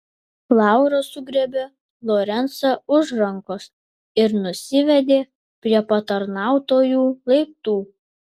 laura sugriebė lorencą už rankos ir nusivedė prie patarnautojų laiptų